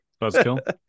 Buzzkill